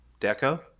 deco